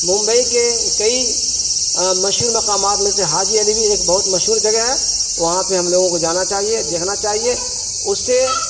ممبئی کے کئی مشہور مقامات میں سے حاجی علی بھی ایک بہت مشہور جگہ ہے وہاں پہ ہم لوگوں کو جانا چاہیے دیکھنا چاہیے اس سے